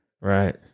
Right